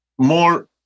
more